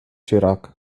chirac